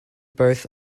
both